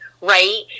right